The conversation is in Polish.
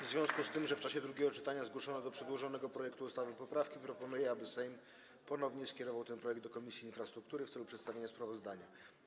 W związku z tym, że w czasie drugiego czytania zgłoszono do przedłożonego projektu ustawy poprawki, proponuję, aby Sejm ponownie skierował ten projekt do Komisji Infrastruktury w celu przedstawienia sprawozdania.